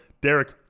Derek